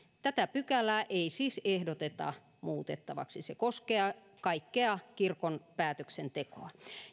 tätä pykälää ei siis ehdoteta muutettavaksi se koskee kaikkea kirkon päätöksentekoa